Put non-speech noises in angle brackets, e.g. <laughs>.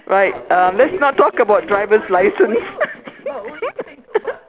right um let's not talk about driver's license <laughs>